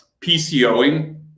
PCOing